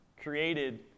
created